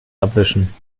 abwischen